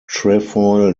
trefoil